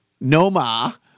Noma